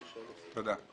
תודה.